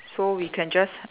so we can just